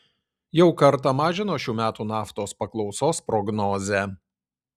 jau kartą mažino šių metų naftos paklausos prognozę